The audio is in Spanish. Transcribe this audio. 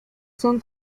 son